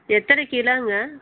எத்தனை கிலோங்க